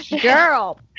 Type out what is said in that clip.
Girl